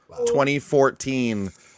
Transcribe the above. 2014